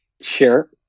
Sure